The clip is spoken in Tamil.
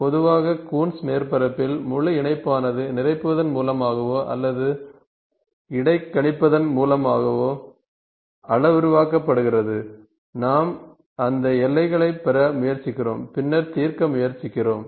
பொதுவாக கூன்ஸ் மேற்பரப்பில் முழு இணைப்பானது நிரப்புவதன் மூலமாகவோ அல்லது இடைக்கணிப்பதன் மூலமாகவோ அளவுருவாக்கப்படுகிறது நாம் அந்த எல்லைகளைப் பெற முயற்சிக்கிறோம் பின்னர் தீர்க்க முயற்சிக்கிறோம்